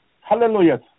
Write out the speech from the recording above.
Hallelujah